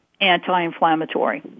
anti-inflammatory